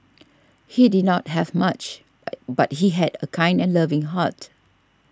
he did not have much but but he had a kind and loving heart